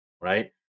right